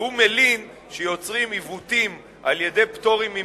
והוא מלין שיוצרים עיוותים על-ידי פטורים ממסים,